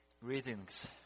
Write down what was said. Greetings